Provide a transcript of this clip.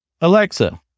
Alexa